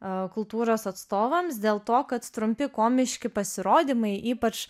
kultūros atstovams dėl to kad trumpi komiški pasirodymai ypač